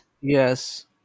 Yes